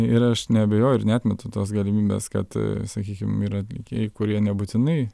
ir aš neabejoju ir neatmetu tos galimybės kad sakykim yra atlikėjai kurie nebūtinai